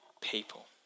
people